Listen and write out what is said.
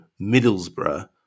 Middlesbrough